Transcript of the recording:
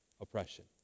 oppression